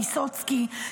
ויסוצקי,